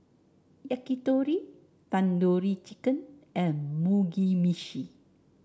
Yakitori Tandoori Chicken and Mugi Meshi